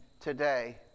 today